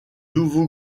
nouveau